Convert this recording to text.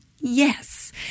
Yes